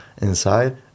inside